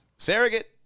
Surrogate